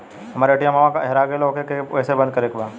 हमरा ए.टी.एम वा हेरा गइल ओ के के कैसे बंद करे के बा?